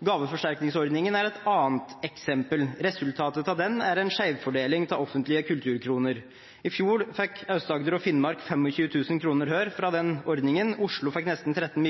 Gaveforsterkningsordningen er et annet eksempel. Resultatet av den er en skjevfordeling av offentlige kulturkroner. I fjor fikk Aust-Agder og Finnmark 25 000 kr hver fra den ordningen. Oslo fikk nesten 13